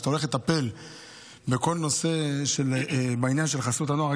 שאתה הולך לטפל בעניין של חסות הנוער,